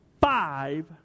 five